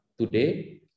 today